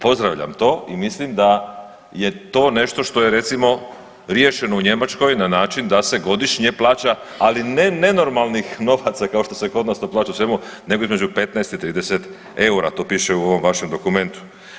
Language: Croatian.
Pozdravljam to i mislim da je to nešto što je recimo riješeno u Njemačkoj na način da se godišnje plaća ali ne nenormalnih novaca kao što se to kod nas plaća u svemu, nego između 15 i 30 eura, to piše u ovom vašem dokumentu.